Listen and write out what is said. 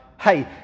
hey